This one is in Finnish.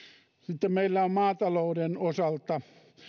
sitten meillä on maatalouden osalta